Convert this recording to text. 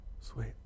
Sweet